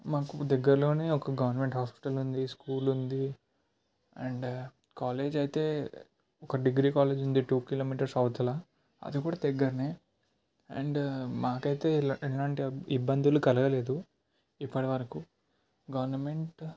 మాకు దగ్గరలోన ఒక గవర్నమెంట్ హాస్పిటల్ ఉంది స్కూల్ ఉంది అండ్ కాలేజ్ అయితే ఒక డిగ్రీ కాలేజ్ ఉంది టూ కిలోమీటర్స్ అవతల అది కూడా దగ్గరనే అండ్ మాకైతే ఎలాంటి ఇ ఇబ్బందులు కలగలేదు ఇప్పటివరకు గవర్నమెంట్